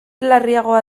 larriagoa